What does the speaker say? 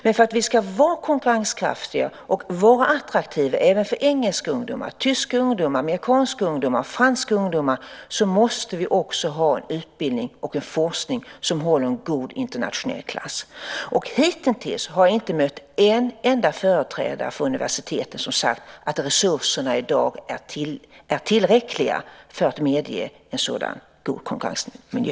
Men för att vi ska vara konkurrenskraftiga och attraktiva även för engelska, tyska, amerikanska och franska ungdomar måste vi också ha utbildning och forskning som håller god internationell klass. Hitintills har jag inte mött en enda företrädare för universiteten som sagt att resurserna i dag är tillräckliga för att medge en sådan god konkurrensmiljö.